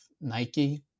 Nike